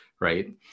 right